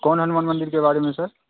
कौन हनुमान मंदिर के बारे में है सर